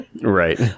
Right